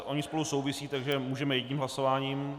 Ony spolu souvisí, takže můžeme jedním hlasováním.